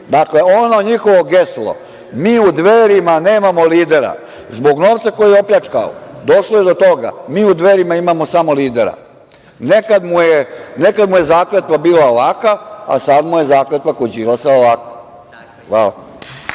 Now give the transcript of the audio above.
lider. Ono njihovo geslo – mi u Dveri nemamo lidera, zbog novca koji je opljačkao došlo je do toga – mi u Dverima imamo samo lidera. Nekada mu je zakletva bila ovakva, a sada mu je zakletva kod Đilas ovakva. Hvala.